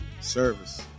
Service